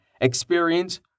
experience